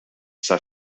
ça